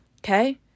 Okay